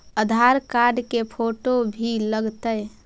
आधार card के photo भी लग तै?